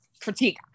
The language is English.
critique